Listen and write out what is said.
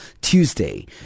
Tuesday